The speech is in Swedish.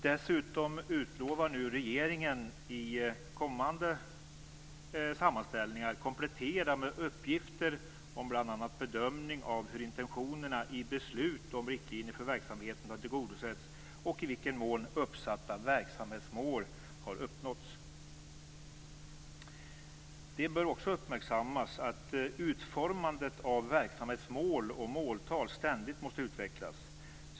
Dessutom utlovar nu regeringen att i kommande sammanställningar komplettera med uppgifter om bl.a. bedömning av hur intentionerna i beslut om riktlinjer för verksamheten har tillgodosetts och i vilken mån uppsatta verksamhetsmål har uppnåtts. Det bör också uppmärksammas att utformandet av verksamhetsmål och måltal ständigt måste utvecklas.